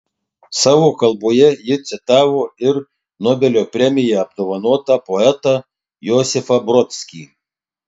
savo kalboje ji citavo ir nobelio premija apdovanotą poetą josifą brodskį